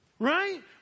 right